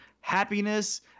happiness